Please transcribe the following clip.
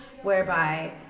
whereby